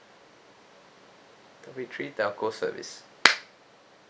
topic three telco service